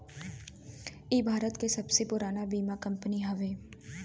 इ भारत के सबसे पुरान बीमा कंपनी हवे